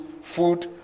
food